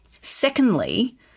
Secondly